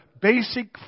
basic